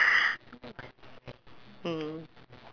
I am very bad with yishun I only know chong pang only